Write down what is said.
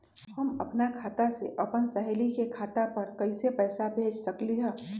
हम अपना खाता से अपन सहेली के खाता पर कइसे पैसा भेज सकली ह?